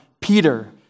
Peter